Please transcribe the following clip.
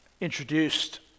introduced